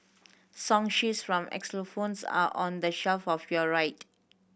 song sheets from xylophones are on the shelf of your right